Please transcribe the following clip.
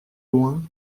loin